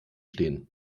stehen